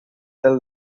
del